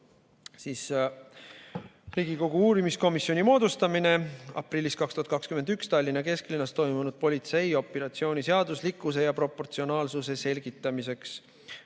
"Riigikogu uurimiskomisjoni moodustamine aprillis 2021 Tallinna kesklinnas toimunud politseioperatsiooni seaduslikkuse ja proportsionaalsuse selgitamiseks".